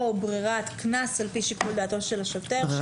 או ברירת קנס על פי שיקול דעתו של השוטר?